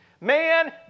man